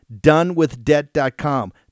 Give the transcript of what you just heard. donewithdebt.com